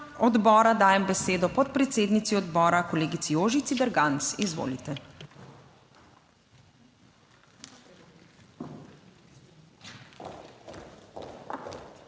odbora dajem besedo podpredsednici odbora, kolegici Jožici Derganc. Izvolite.